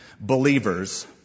believers